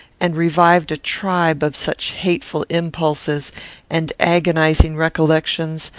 and revived a tribe of such hateful impulses and agonizing recollections,